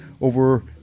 over